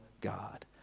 God